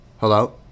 Hello